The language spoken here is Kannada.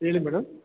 ಹೇಳಿ ಮೇಡಮ್